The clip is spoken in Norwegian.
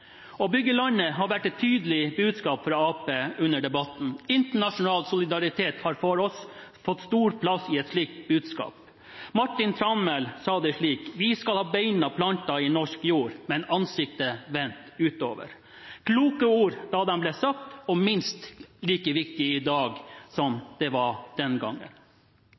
Å bygge landet har vært et tydelig budskap fra Arbeiderpartiet under debatten. Internasjonal solidaritet har for oss fått stor plass i et slikt budskap. Martin Tranmæl sa det slik: Vi skal ha beina plantet i norsk jord, men med ansiktet vendt utover. Det var kloke ord da de ble sagt, og minst like viktige i dag som de var den gangen.